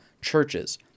churches